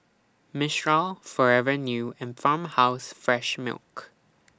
Mistral Forever New and Farmhouse Fresh Milk